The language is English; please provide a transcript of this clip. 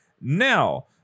Now